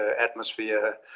atmosphere